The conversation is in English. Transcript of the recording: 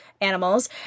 animals